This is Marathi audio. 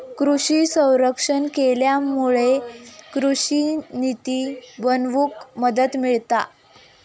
कृषि सर्वेक्षण केल्यामुळे कृषि निती बनवूक मदत मिळता